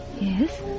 Yes